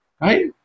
right